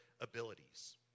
abilities